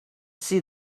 see